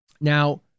Now